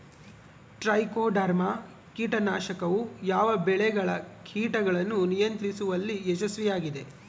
Trichoderma ಕೇಟನಾಶಕವು ಯಾವ ಬೆಳೆಗಳ ಕೇಟಗಳನ್ನು ನಿಯಂತ್ರಿಸುವಲ್ಲಿ ಯಶಸ್ವಿಯಾಗಿದೆ?